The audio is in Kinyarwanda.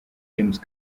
james